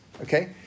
Okay